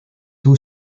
two